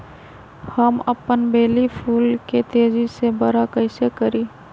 हम अपन बेली फुल के तेज़ी से बरा कईसे करी?